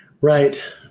Right